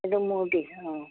সেইটো মূৰ্তি অঁ